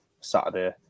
Saturday